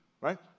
right